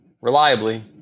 reliably